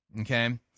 okay